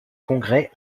congrès